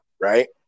right